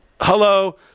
Hello